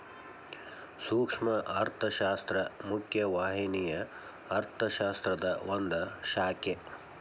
ಸೂಕ್ಷ್ಮ ಅರ್ಥಶಾಸ್ತ್ರ ಮುಖ್ಯ ವಾಹಿನಿಯ ಅರ್ಥಶಾಸ್ತ್ರದ ಒಂದ್ ಶಾಖೆ